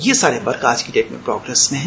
यह सारे वर्क आज की डेट में प्रोग्रेस में है